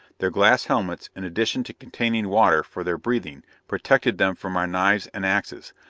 their glass helmets, in addition to containing water for their breathing, protected them from our knives and axes.